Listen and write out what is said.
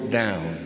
down